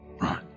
Right